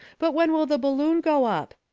but when will the balloon go up?